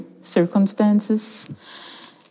circumstances